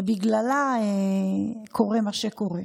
ובגללה קורה מה שקורה.